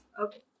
Okay